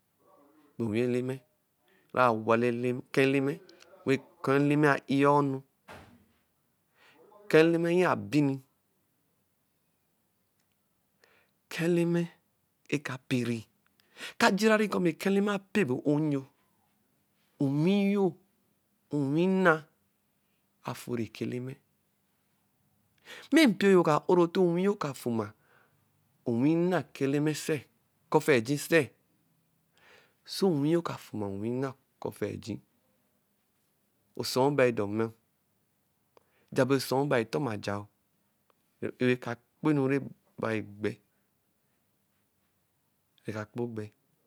Bɛ onwi Eleme ra wala ɛka Eleme, wɛ ka Eleme a’ia onu. Ɛka Eleme ye abini. Ɛka Eleme ekaperi. Ka jirarí kɔ mɛ ẹka Eleme apɛ ebo o-o nyo. Onwi nyo, onwi nna afuri ɛka Eleme. Mɛ mpio yo ka oro nte onwi yo kafuma onwi nna ɛka Eleme se?eke ofeji se onwi yo eka fuma onwi nna eka ofeji, osɔɔ bai dɔ mmɔ? Neka kpo enu rɛ. neka kpo gbɛ.